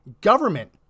government